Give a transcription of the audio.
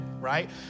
right